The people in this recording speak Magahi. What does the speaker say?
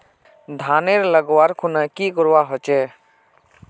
धानेर लगवार खुना की करवा होचे?